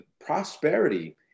prosperity